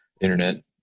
internet